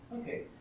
Okay